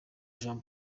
jean